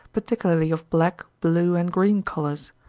particularly of black, blue, and green colors.